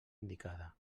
indicada